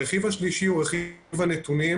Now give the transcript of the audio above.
הרכיב השלישי הוא רכיב הנתונים,